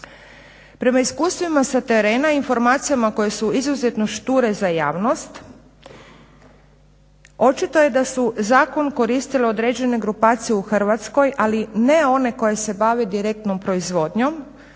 Prema iskustvima sa terena informacijama koje su izuzetno šture za javnost očito je da su zakon koristile određene grupacije u Hrvatskoj ali ne one koje se bave direktnom proizvodnjom